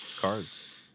cards